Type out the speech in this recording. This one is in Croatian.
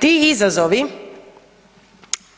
Ti izazovi,